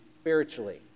spiritually